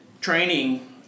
training